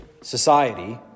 society